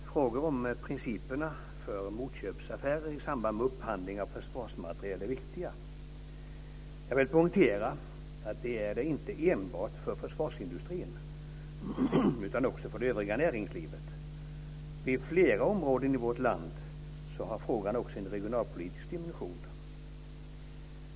Fru talman! Frågorna om principerna för motköpsaffärer i samband med upphandling av försvarsmateriel är viktiga. Jag vill poängtera att de är det inte enbart för försvarsindustrin utan också för det övriga näringslivet. I flera områden i vårt land har frågan också en regionalpolitisk dimension.